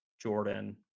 jordan